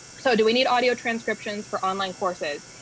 so do we need audio transcriptions for online courses?